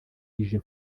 ije